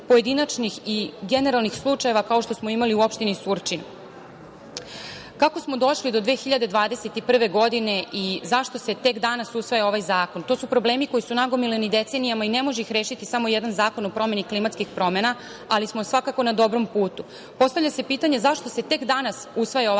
i generalnih slučajeva, kao što smo imali u opštini Surčin? Kako smo došli do 2021. godine i zašto se tek danas usvaja ovaj zakon? To su problemi koji su nagomilani decenijama i ne može ih rešiti samo jedan zakon o promeni klimatskih promena, ali smo svakako na dobrom putu. Postavlja se pitanje zašto se tek danas usvaja ovakav zakon